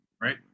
right